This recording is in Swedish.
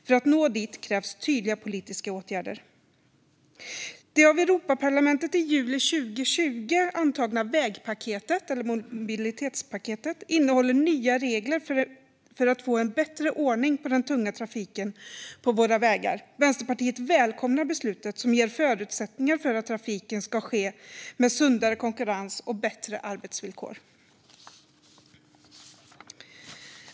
För att nå dit krävs tydliga politiska åtgärder. Det av Europaparlamentet i juli 2020 antagna vägpaketet, eller mobilitetspaketet, innehåller nya regler för att få en bättre ordning på den tunga trafiken på våra vägar. Vänsterpartiet välkomnar beslutet, som ger förutsättningar för att trafiken ska ske med sundare konkurrens och bättre arbetsvillkor.